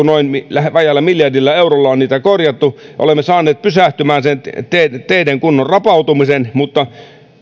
noin vajaalla miljardilla eurolla niitä korjattu olemme saaneet teiden teiden kunnon rapautumisen pysähtymään mutta